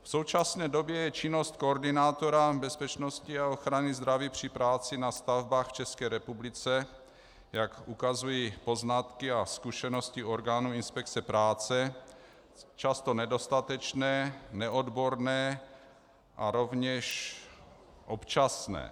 V současné době je činnost koordinátora bezpečnosti a ochrany zdraví při práci na stavbách v České republice, jak ukazují poznatky a zkušenosti orgánů inspekce práce, často nedostatečná, neodborná a rovněž občasné.